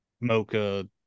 mocha